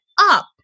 up